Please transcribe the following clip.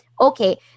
okay